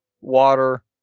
Water